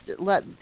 let